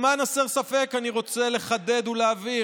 למען הסר ספק אני רוצה לחדד ולהבהיר: